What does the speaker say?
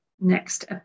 next